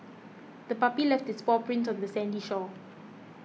the puppy left its paw prints on the sandy shore